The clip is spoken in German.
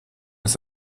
ist